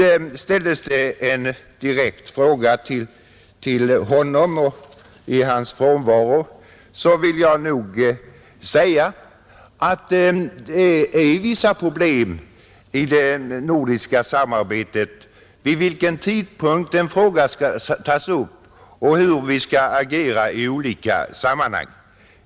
Här ställdes sedan en direkt fråga till justitieministern, och i hans frånvaro vill jag säga att det finns vissa problem i det nordiska samarbetet när det gäller vid vilken tidpunkt en fråga skall tas upp och hur vi skall agera i olika sammanhang.